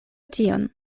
tion